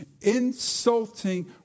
insulting